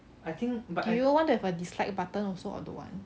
do you want to have a dislike button also or don't want